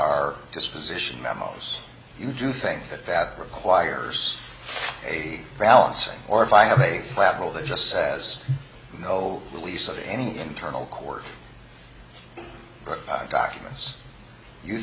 our disposition memos you do think that that requires a balancing or if i have a lateral that just says no release of any internal court documents you